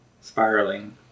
spiraling